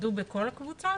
עבדו בכל הקבוצות?